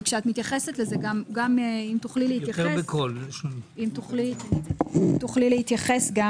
וכשאת מתייחסת לזה, אם תוכלי להתייחס גם